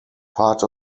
part